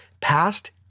past